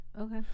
Okay